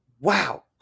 Wow